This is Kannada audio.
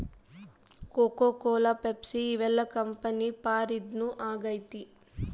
ಕೋಕೋ ಕೋಲ ಪೆಪ್ಸಿ ಇವೆಲ್ಲ ಕಂಪನಿ ಫಾರಿನ್ದು ಆಗೈತೆ